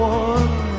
one